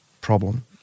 problem